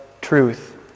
truth